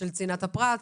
צנעת הפרט.